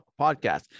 podcast